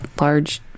large